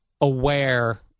aware